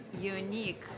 unique